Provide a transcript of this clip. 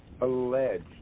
alleged